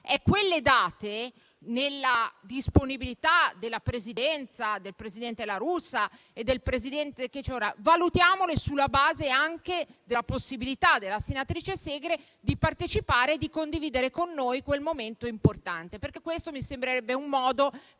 quelle date, nella disponibilità della Presidenza, del presidente La Russa e di chi ora presiede l'Assemblea, sulla base anche della possibilità della senatrice Segre di partecipare e di condividere con noi quel momento importante. Questo mi sembra un modo per